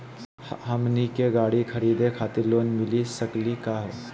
हमनी के गाड़ी खरीदै खातिर लोन मिली सकली का हो?